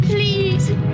Please